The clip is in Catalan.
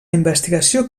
investigació